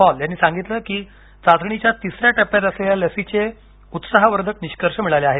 Paul यांनी सांगितलं की चाचणीच्या तिसऱ्या टप्प्यात असलेल्या लसीचे उत्सावर्धक निष्कर्ष मिळाले आहेत